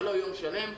לא יום שלם.